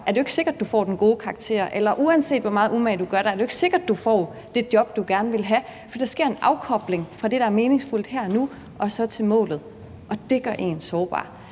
er det jo ikke sikkert, at du får den gode karakter. Uanset hvor meget umage du gør dig, er det jo ikke sikkert, at du får det job, du gerne vil have. Så der sker en afkobling i forhold til det, der er meningsfuldt her og nu, og målet. Og det gør en sårbar.